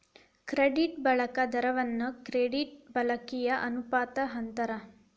credit ಬಳಕೆ ದರವನ್ನ credit ಬಳಕೆಯ ಅನುಪಾತ ಅಂತಾರ